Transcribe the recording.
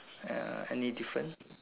uh any different